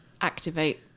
activate